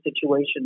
situation